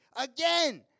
Again